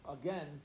again